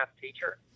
teacher